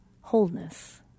wholeness